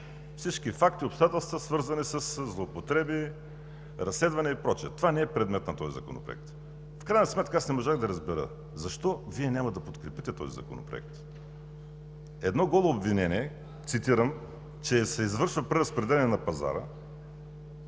всички факти и обстоятелства, свързани със злоупотреби, разследвания и прочее. Това не е предмет на този законопроект. В крайна сметка аз не можах да разбера защо Вие няма да подкрепите този законопроект. Едно голо обвинение, цитирам, че се извършва преразпределяне на пазара,